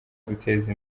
guteza